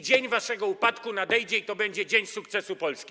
Dzień waszego upadku nadejdzie i to będzie dzień sukcesu Polski.